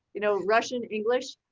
you know, russian, english.